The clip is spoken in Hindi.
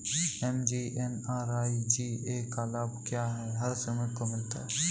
एम.जी.एन.आर.ई.जी.ए का लाभ क्या हर श्रमिक को मिलता है?